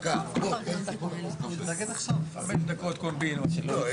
חמש דקות הפסקה.